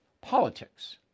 politics